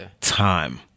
time